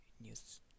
News